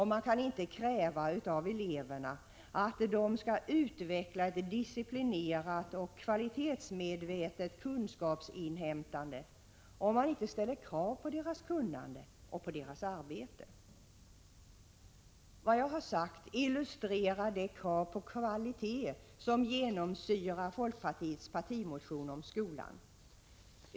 Man kan inte kräva att eleverna skall utveckla ett disciplinerat och kvalitetsmedvetet kunskapsinhämtande, om man inte ställer krav på deras kunnande och på deras arbete. Vad jag har sagt illustrerar det krav på kvalitet som genomsyrar folkpartiets partimotion om skolan.